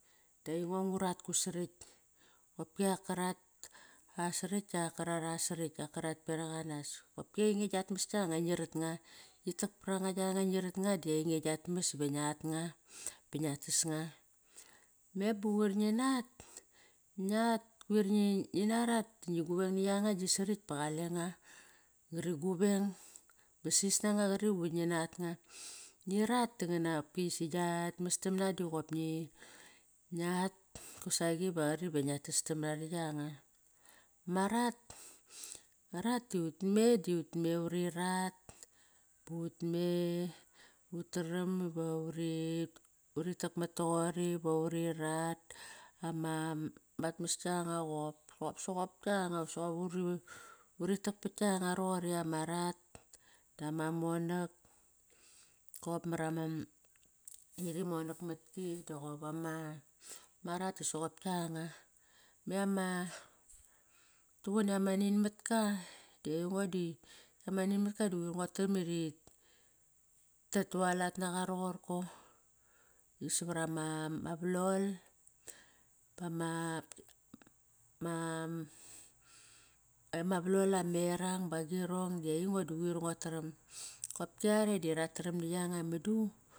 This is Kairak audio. Da aingo ngurat gu sarekt dopki ak ka rat a sarekt dak ka rat a sarekt dak ka rat beraq anas. Qopki ainge giat mas kianga ngi rat nga. Ngit tak paranga, ngirat nga di ainge giat mas va ngiat nga ba ngiat tas nga. Me ba quir nginat, ngiat kuir ngina rat da ngi guveng na yanga gi sarekt ba qaleng nga, ngari guveng ba sis nanga qari quir nginat nga. Ngirat daqonak qopsi giatmas tam na daqop ngi ngiat qusaqi va qari va nia tas tam na yanga Ma rat, ma rat di utme, di utme uri rat utme utaram va uri takmat toqori ba uri rat, amat mas kianga qop. Qop soqop kianga, soqop uri tak pat kianga roqori ama rat dama monak. Kop marama ri monak matki, doqop ama rat da soqop kianga. Me ama, rituqun ama nin matka di aingo di ama nin matka di qoir nguat tram rit ta tualat naqa rorko. Isavar ama valol, ama valol ama erang bagirong di aingo di quir nguat taram. Kopki are di rataram na yanga mudu.